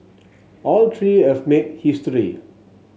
all three have made history